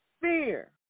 fear